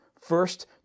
First